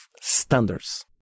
standards